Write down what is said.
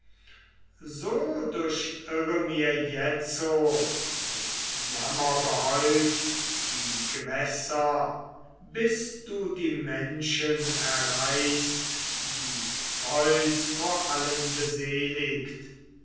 so durchirre mir jetzo mit jammer behäuft die gewässer bis du die menschen erreichst die zeus vor allen